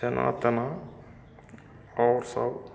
जेना तेना आओर सब